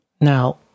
Now